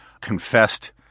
confessed –